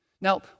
Now